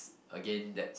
again that's